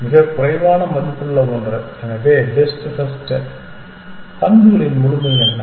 மிகக் குறைவான மதிப்புள்ள ஒன்று எனவே பெஸ்ட் ஃபர்ஸ்ட் பண்புகளின் முழுமை என்ன